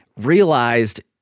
realized